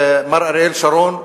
מר אריאל שרון,